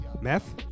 Meth